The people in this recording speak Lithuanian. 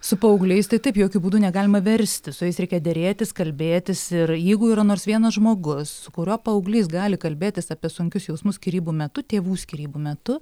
su paaugliais tai taip jokiu būdu negalima versti su jais reikia derėtis kalbėtis ir jeigu yra nors vienas žmogus su kuriuo paauglys gali kalbėtis apie sunkius jausmus skyrybų metu tėvų skyrybų metu